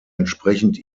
entsprechend